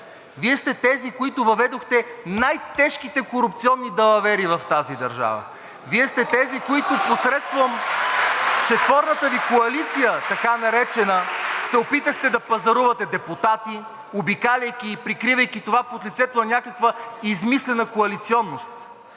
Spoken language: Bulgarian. Вие сте тези, които въведохте най-тежките корупционни далавери в тази държава. (Ръкопляскания от ГЕРБ-СДС.) Вие сте тези, които посредством четворната Ви коалиция, така наречена, се опитахте да пазарувате депутати, обикаляйки и прикривайки това под лицето на някаква измислена коалиционност.